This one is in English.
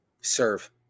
Serve